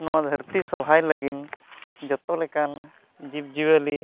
ᱱᱚᱣᱟ ᱫᱷᱟᱹᱨᱛᱤ ᱥᱚᱵᱷᱟᱭ ᱞᱟᱹᱜᱤᱫ ᱡᱚᱛᱚᱞᱮᱠᱟᱱ ᱡᱤᱵᱽᱼᱡᱤᱭᱟᱹᱞᱤ